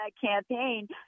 campaign